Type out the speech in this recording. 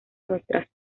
nuestras